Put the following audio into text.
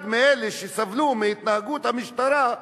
אחד מאלה שסבלו מהתנהגות המשטרה,